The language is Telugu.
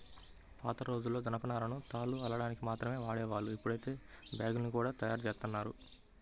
పాతరోజుల్లో జనపనారను తాళ్లు అల్లడానికి మాత్రమే వాడేవాళ్ళు, ఇప్పుడైతే బ్యాగ్గుల్ని గూడా తయ్యారుజేత్తన్నారు